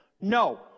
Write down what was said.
No